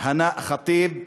הנא ח'טיב,